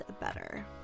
better